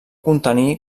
contenir